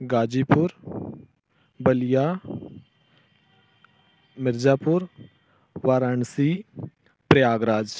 Ghazipur Ballia Mirzapur Varanasi Prayagraj